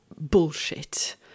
bullshit